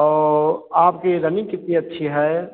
और आपकी रनिंग कितनी अच्छी है